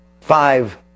Five